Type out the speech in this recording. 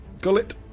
gullet